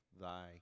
thy